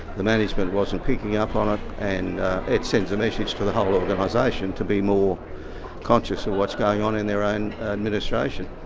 the management wasn't picking up on ah and it sends a message to the whole organisation to be more conscious of what's going on in their own administration.